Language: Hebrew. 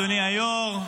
אדוני היושב-ראש,